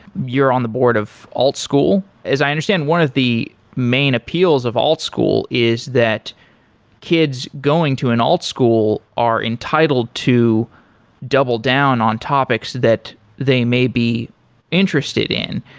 you're on the board of old school. as i understand, one of the main appeals of old school is that kids going to an old school are entitled to double down on topics that they may be interested in.